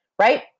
right